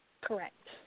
Correct